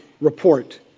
report